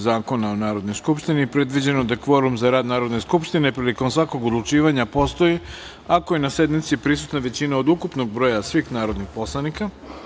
Zakona o Narodnoj skupštini predviđeno da kvorum za rad Narodne skupštine prilikom svakog odlučivanja postoji ako je na sednici prisutna većina od ukupnog broja svih narodnih poslanika.